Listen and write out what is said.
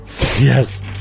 Yes